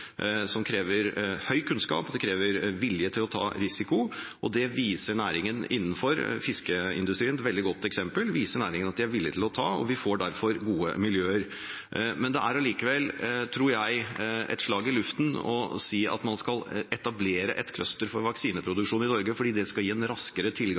som krever stor kunnskap og vilje til å ta risiko. Det viser næringene innenfor fiskeindustrien – et veldig godt eksempel – at de er villige til å ta, og vi får derfor gode miljøer. Det er likevel, tror jeg, et slag i luften å si at man skal etablere et cluster for vaksineproduksjon i Norge fordi det skal gi raskere tilgang